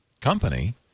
company